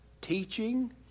Teaching